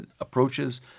approaches